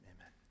amen